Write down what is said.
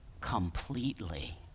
completely